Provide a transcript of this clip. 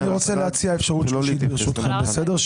אז אני רוצה להציע אפשרות ברשותך, בסדר?